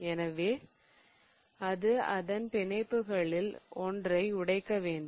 எனவே அது அதன் பிணைப்புகளில் ஒன்றை உடைக்க வேண்டும்